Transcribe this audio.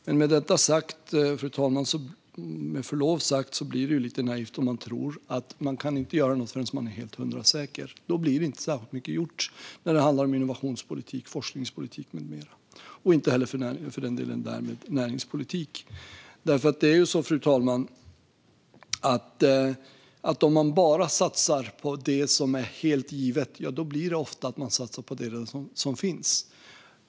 Men med detta sagt och med förlov sagt, fru talman, är det lite naivt att tro att man inte kan göra något förrän man är helt och hundraprocentigt säker. Då blir det inte särskilt mycket gjort när det handlar om innovationspolitik, forskningspolitik med mera eller för den delen näringspolitik. Det är ju så, fru talman, att om man bara satsar på det som är helt givet, då blir det ofta att man satsar på det som redan finns.